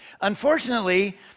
Unfortunately